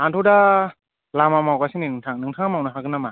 आंथ' दा लामा मावगासिनो नै नोंथां नोंथाङा मावनो हागोन नामा